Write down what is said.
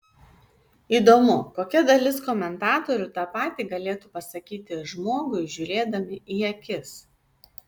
įdomu kokia dalis komentatorių tą patį galėtų pasakyti žmogui žiūrėdami į akis